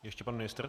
Ještě pan ministr.